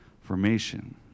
formation